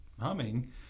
humming